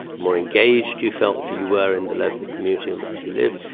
the more engaged you felt you were in the local community in which you live,